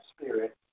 spirit